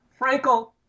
Frankel